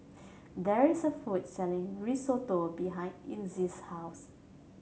there is a food selling Risotto behind Inez's house